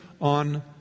on